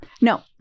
No